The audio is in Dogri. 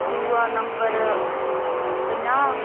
दूआ नंबर पंजाह्